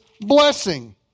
blessing